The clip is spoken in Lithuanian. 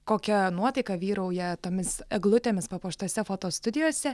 kokia nuotaika vyrauja tomis eglutėmis papuoštose fotostudijose